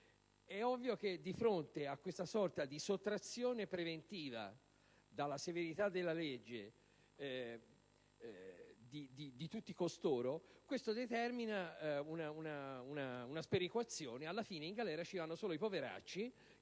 È ovvio che questa sorta di sottrazione preventiva alla severità della legge di tutti costoro determina una sperequazione: alla fine, in galera ci vanno solo i poveracci,